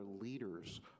leaders